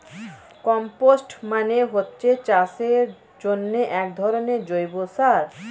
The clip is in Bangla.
কম্পোস্ট মানে হচ্ছে চাষের জন্যে একধরনের জৈব সার